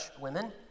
women